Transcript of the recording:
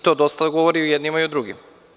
To dosta govori i o jednima i o drugima.